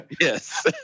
Yes